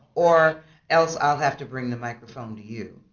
or else i'll have to bring the microphone to you.